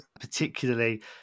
particularly